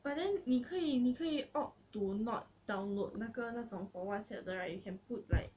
but then 你可以你可以 opt to not download 那个那种 for whatsapp 的 right you can put like